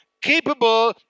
capable